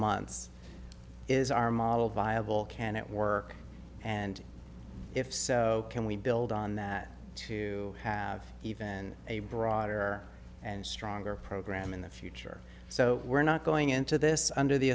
months is our model viable can it work and if so can we build on that to have even a broader and stronger program in the future so we're not going into this under the